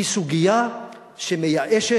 היא סוגיה שמייאשת,